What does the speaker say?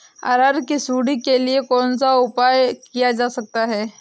अरहर की सुंडी के लिए कौन सा उपाय किया जा सकता है?